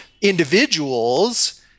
individuals